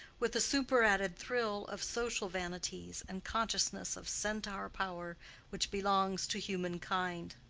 with the superadded thrill of social vanities and consciousness of centaur-power which belongs to humankind.